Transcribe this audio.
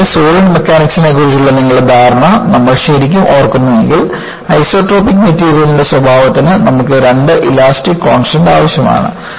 കൂടാതെ സോളിഡ് മെക്കാനിക്സിനെക്കുറിച്ചുള്ള നിങ്ങളുടെ ധാരണ നമ്മൾ ശരിക്കും ഓർക്കുന്നുവെങ്കിൽ ഐസോട്രോപിക് മെറ്റീരിയലിന്റെ സ്വഭാവത്തിന് നമുക്ക് രണ്ട് ഇലാസ്റ്റിക് കോൺടെസ്റ്റ് ആവശ്യമാണ്